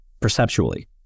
perceptually